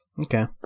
Okay